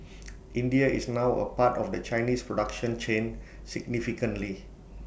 India is now A part of the Chinese production chain significantly